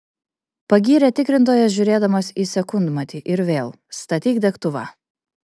pagyrė tikrintojas žiūrėdamas į sekundmatį ir vėl statyk degtuvą